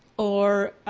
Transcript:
or